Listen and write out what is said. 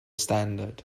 standard